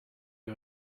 you